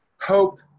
Hope